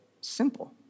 simple